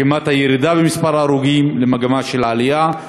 ממגמת ירידה במספר ההרוגים למגמה של עלייה,